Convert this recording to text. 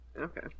Okay